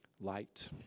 light